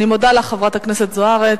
אני מודה לך, חברת הכנסת זוארץ.